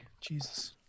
jesus